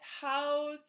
house